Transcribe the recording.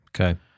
Okay